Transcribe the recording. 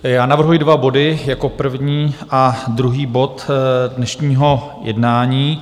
Já navrhuji dva body jako první a druhý bod dnešního jednání.